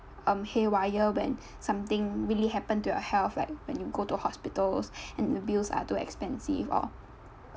um haywire when something really happen to your health like when you go to hospitals and the bills are too expensive or